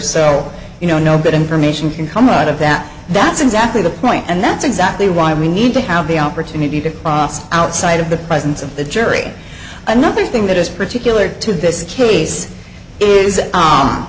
so you know no good information can come out of that that's exactly the point and that's exactly why we need to have the opportunity to outside of the presence of the jury another thing that is particular to this case is